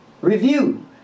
review